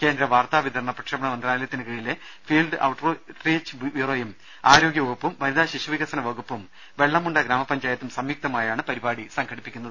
കേന്ദ്ര വാർത്താ വിതരണ പ്രക്ഷേപണ മന്ത്രാലയത്തിന് കീഴിലെ ഫീൽഡ് ഔട്ട് റീച്ച് ബ്യൂറോയും ആരോഗ്യവകുപ്പും വനിതാ ശിശു വികസന വകുപ്പും വെള്ളമുണ്ട ഗ്രാമപഞ്ചായത്തും സംയുക്തമായാണ് പരിപാടി സംഘടിപ്പിക്കുന്നത്